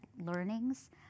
learnings